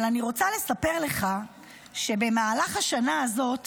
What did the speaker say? אבל אני רוצה לספר לך שבמהלך השנה הזאת